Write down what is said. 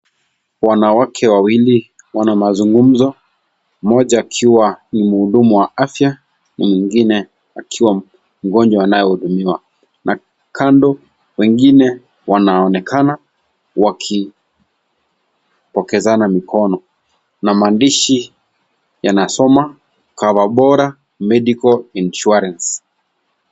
Wanawake wawili wana mazungumzo. Mmoja akiwa ni mhudumu wa afya, mwingi akiwa mgonjwa anayehudumiwa na kando wengine wanaonekana wakipokezana mikono na maandishi yanasoma, Coverbora medical insurance .